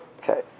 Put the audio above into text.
Okay